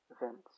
events